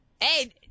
hey